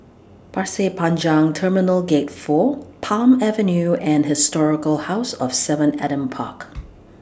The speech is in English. Pasir Panjang Terminal Gate four Palm Avenue and Historical House of seven Adam Park